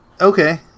Okay